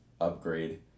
Upgrade